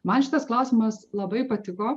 man šitas klausimas labai patiko